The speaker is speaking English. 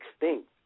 extinct